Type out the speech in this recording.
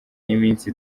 y’iminsi